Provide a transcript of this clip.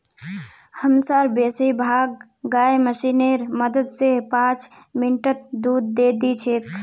हमसार बेसी भाग गाय मशीनेर मदद स पांच मिनटत दूध दे दी छेक